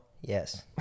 Yes